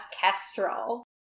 Kestrel